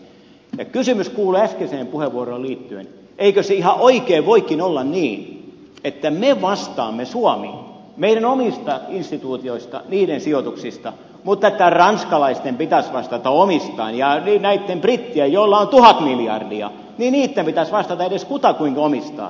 kysymys kuuluu äskeiseen puheenvuoroon liittyen eikö se ihan oikein voikin olla niin että me vastaamme suomi meidän omista instituutioistamme niiden sijoituksista mutta että ranskalaisten pitäisi vastata omistaan ja näitten brittien joilla on tuhat miljardia pitäisi vastata edes kutakuinkin omistaan